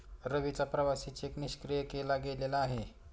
रवीचा प्रवासी चेक निष्क्रिय केला गेलेला आहे